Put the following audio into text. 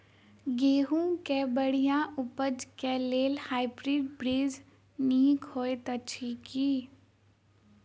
गेंहूँ केँ बढ़िया उपज केँ लेल हाइब्रिड बीज नीक हएत अछि की?